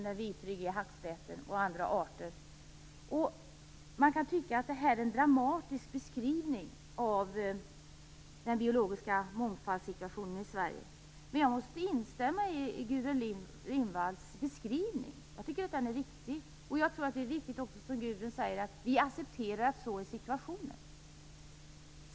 Den vitryggiga hackspetten och andra arter handlar det också om. Man kan tycka att det är en dramatisk beskrivning av situationen i Sverige som getts när det gäller den biologiska mångfalden, men jag måste instämma i Gudrun Lindvalls beskrivning. Jag tycker att den är riktig och tror att det är viktigt att, som Gudrun Lindvall säger, peka på att vi accepterar att sådan är situationen.